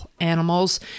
animals